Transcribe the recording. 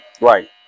Right